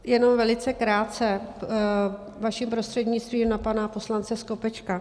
Jenom velice krátce, vaším prostřednictvím, na pana poslance Skopečka.